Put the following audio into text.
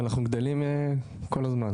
ואנחנו גדלים כל הזמן.